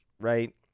right